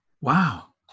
Wow